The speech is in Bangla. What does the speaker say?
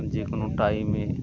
যে কোনো টাইমে